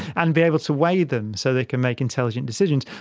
and be able to weigh them so they can make intelligent decisions.